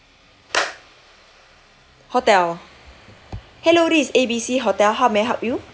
hotel hello this is A_B_C hotel how may I help you